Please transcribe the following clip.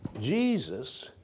Jesus